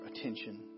attention